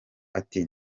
ati